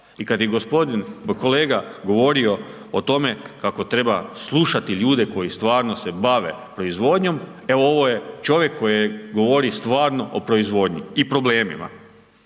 I kad je gospodin kolega govorio o tome kako treba slušati ljude koji stvarno se bave proizvodnjom, evo ovo je čovjek koji govori stvarno o proizvodnji i problemima.